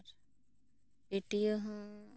ᱟᱨ ᱯᱟᱹᱴᱤᱭᱟᱹ ᱦᱚᱸ